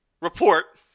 report